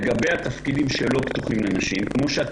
לגבי התפקידים שלא פתוחים לנשים,